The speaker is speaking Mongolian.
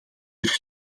эрх